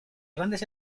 grandes